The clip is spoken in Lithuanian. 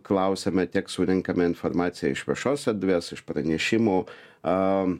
klausiame tiek surenkame informaciją iš viešos erdvės iš pranešimų a